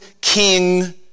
king